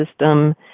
system